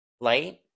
Light